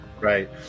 right